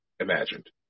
imagined